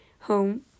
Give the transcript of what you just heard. home